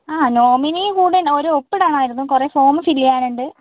ആ നോമിനി കൂടി ഒരു ഒപ്പിടാനായിരുന്നു കുറേ ഫോമും ഫിൽ ചെയ്യാനുണ്ട്